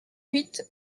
huit